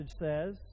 says